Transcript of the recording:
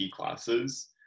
classes